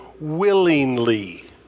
willingly